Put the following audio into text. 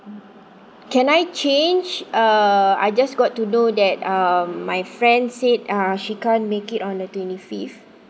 can I change uh I just got to know that um my friend said uh she can't make it on the twenty fifth